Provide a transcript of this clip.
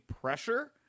pressure